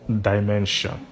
dimension